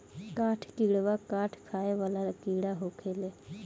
काठ किड़वा काठ खाए वाला कीड़ा होखेले